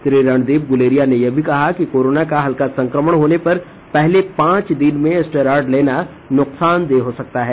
श्री रणदीप गुलेरिया ने यह भी कहा है कि कोरोना का हल्का संक्रमण होने पर पहले पांच दिन में स्टेरॉएड लेना नुकसानदेह हो सकता है